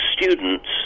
students